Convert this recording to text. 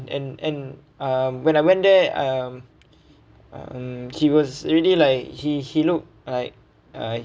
and and uh when I went there um um he was really like he he look like uh